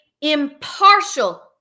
impartial